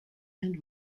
and